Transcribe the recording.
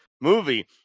movie